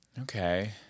Okay